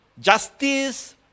justice